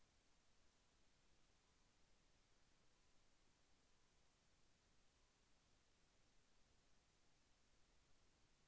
గృహ ఋణం నేను పొందాలంటే హామీ అవసరమా?